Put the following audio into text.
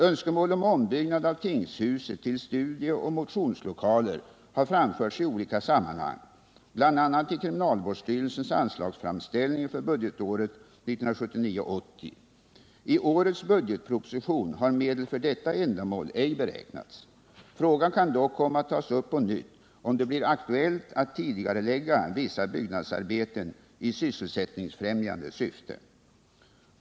Önskemål om ombyggnad av tingshuset till studieoch motionslokaler har framförts i olika sammanhang, bl.a. i kriminalvårdsstyrelsens anslagsframställning för budgetåret 1979/80. I årets budgetproposition har medel för detta ändamål ej beräknats. Frågan kan dock komma att tas upp på nytt, om det blir aktuellt att tidigarelägga vissa byggnadsarbeten i sysselsättningsfrämjande syfte.